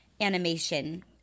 animation